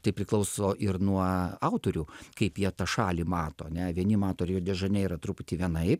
tai priklauso ir nuo autorių kaip jie tą šalį mato ane vieni mato rio de žaneirą truputį vienaip